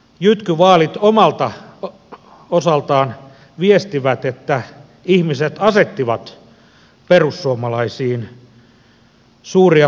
jytkyvaalit omalta osaltaan viestivät että ihmiset asettivat perussuomalaisiin suuria toiveita